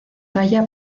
talla